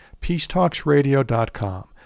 peacetalksradio.com